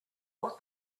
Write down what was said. what